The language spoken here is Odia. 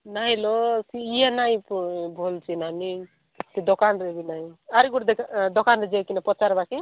ନାଇଁଲୋ ସେ ଇଏ ନାଇଁ ଭଲଚି ନାନି ସେ ଦୋକାନରେ ବି ନାଇଁ ଆରୁ ଗୋଟେ ଦୋକାନରେ ଯାଇକିନା ପଚାରବାକେ